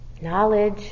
knowledge